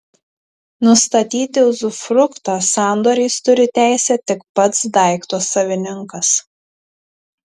nustatyti uzufruktą sandoriais turi teisę tik pats daikto savininkas